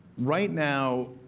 right now,